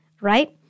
right